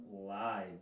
live